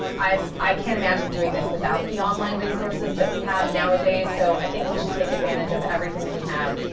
i i can't imagine doing this without the online resources that we have nowadays, so i think we should take advantage of everything that we have.